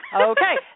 Okay